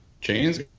Chains